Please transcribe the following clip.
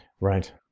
Right